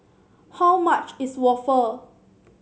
how much is waffle